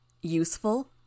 Useful